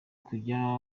kujya